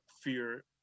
fear